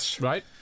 right